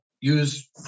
Use